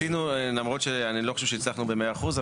למרות שאני לא חושב שהצלחנו במאה אחוז,